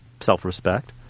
self-respect